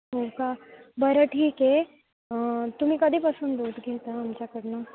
हो का बरं ठीक आहे तुम्ही कधीपासून दूध घेता आमच्याकडनं